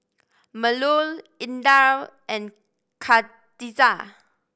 Melur Indra and Khadija